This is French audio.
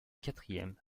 quatrième